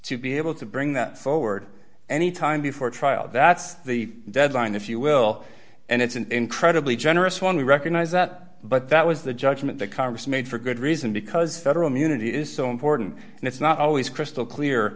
to be able to bring that forward any time before trial that's the deadline if you will and it's an incredibly generous one recognize that but that was the judgment that congress made for good reason because federal munity is so important and it's not always crystal clear